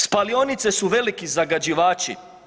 Spalionice su veliki zagađivači.